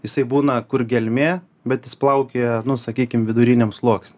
jisai būna kur gelmė bet jis plaukioja nu sakykim viduriniam sluoksny